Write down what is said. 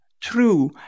true